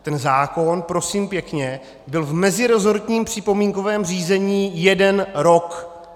Ten zákon, prosím pěkně, byl v meziresortním připomínkovém řízení jeden rok.